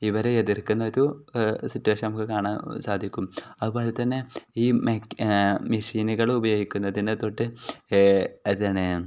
ഇവരെ എതിർക്കുന്നൊരു സിറ്റുവേഷൻ നമുക്ക് കാണാൻ സാധിക്കും അതു പോലെ തന്നെ ഈ മെ മെഷീനുകൾ ഉപയോഗിക്കുന്നതിനു തൊട്ട് ഏ